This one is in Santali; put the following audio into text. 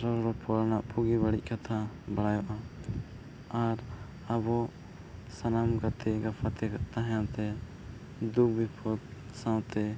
ᱨᱚᱲᱼᱨᱚᱯᱚᱲ ᱨᱮᱱᱟᱜ ᱵᱩᱜᱤᱼᱵᱟᱹᱲᱤᱡ ᱠᱟᱛᱷᱟ ᱵᱟᱲᱟᱭᱚᱜᱼᱟ ᱟᱨ ᱟᱵᱚ ᱥᱟᱱᱟᱢ ᱜᱟᱛᱮᱼᱜᱟᱯᱟᱛᱮ ᱛᱟᱦᱮᱱ ᱠᱟᱛᱮᱫ ᱫᱩᱠ ᱵᱤᱯᱚᱫᱽ ᱥᱟᱶᱛᱮ